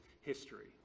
history